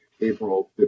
April